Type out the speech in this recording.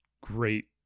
great